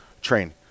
train